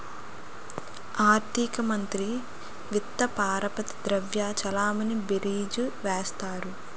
ఆర్థిక మంత్రి విత్త పరపతి ద్రవ్య చలామణి బీరీజు వేస్తారు